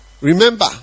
remember